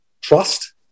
trust